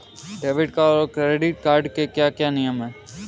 Debit card और credit card के क्या क्या नियम हैं?